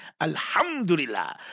Alhamdulillah